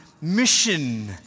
mission